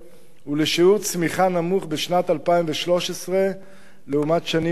הוא לשיעור צמיחה נמוך בשנת 2013 לעומת שנים קודמות.